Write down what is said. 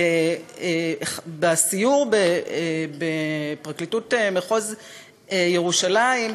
בסיור בפרקליטות מחוז ירושלים,